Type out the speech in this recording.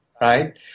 right